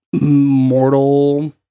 Mortal